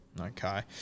Okay